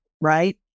right